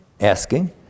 asking